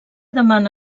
demana